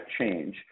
change